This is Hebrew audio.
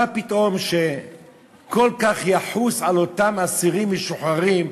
מה פתאום שהוא כל כך יחוס על אותם אסירים משוחררים,